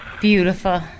Beautiful